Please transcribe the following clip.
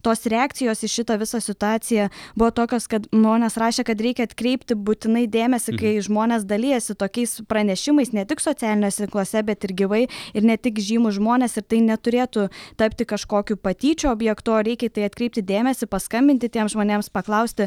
tos reakcijos į šitą visą situaciją buvo tokios kad monės rašė kad reikia atkreipti būtinai dėmesį kai žmonės dalijasi tokiais pranešimais ne tik socialiniuose tinkluose bet ir gyvai ir ne tik žymūs žmonės ir tai neturėtų tapti kažkokiu patyčių objektu o reikia į tai atkreipti dėmesį paskambinti tiems žmonėms paklausti